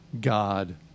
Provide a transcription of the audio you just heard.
God